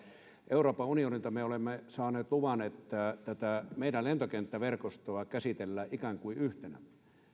euroopan unionilta me olemme saaneet luvan että tätä meidän lentokenttäverkostoa käsitellään ikään kuin yhtenä